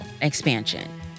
expansion